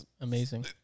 Amazing